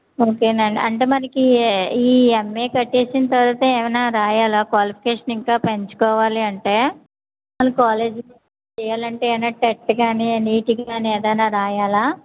ఓకేనండి అంటే మనకి ఈ ఎంఏ కట్టేసిన తర్వాత ఏమన్నా రాయాలా క్వాలిఫికేషన్ ఇంకా పెంచుకోవాలి అంటే మళ్ళీ కాలేజీలో చెయ్యాలంటే ఏదైనా టెట్ గానీ నీట్ గానీ ఏదైనా రాయాలా